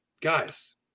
Guys